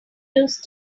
used